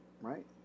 Right